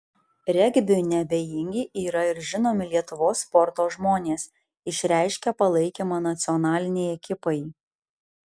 regbiui neabejingi yra ir žinomi lietuvos sporto žmonės išreiškę palaikymą nacionalinei ekipai